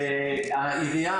והעיריה,